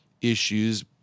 issues